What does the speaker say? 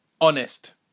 honest